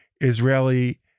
Israeli